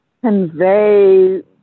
convey